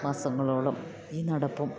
മാസങ്ങളോളം ഈ നടപ്പും